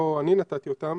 לא אני נתתי אותם.